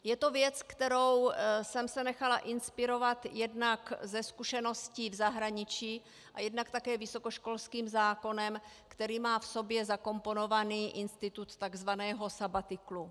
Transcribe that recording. Je to věc, kterou jsem se nechala inspirovat jednak ze zkušeností v zahraničí a jednak také vysokoškolským zákonem, který má v sobě zakomponovaný institut takzvaného sabatiklu.